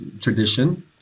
tradition